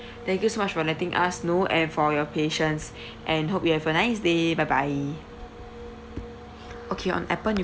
thank you so much for letting us know and for your patience and hope you have a nice day bye bye okay on Appen you